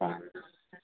पहनना है